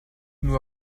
nur